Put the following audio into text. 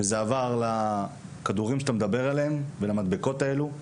וזה עבר לכדורים שאתה מדבר עליהם ולמדבקות האלה,